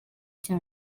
cya